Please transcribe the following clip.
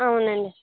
అవునండి